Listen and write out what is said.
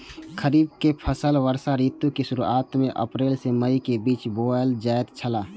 खरीफ के फसल वर्षा ऋतु के शुरुआत में अप्रैल से मई के बीच बौअल जायत छला